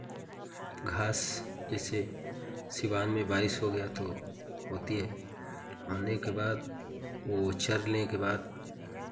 घास जैसे सिवान में बारिश हो गया तो होती है होने के बाद वो चरने के बाद